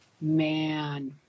Man